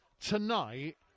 tonight